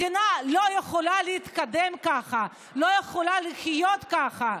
מדינה לא יכולה להתקדם ככה, לא יכולה לחיות ככה.